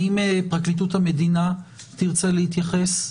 האם פרקליטות המדינה תרצה להתייחס?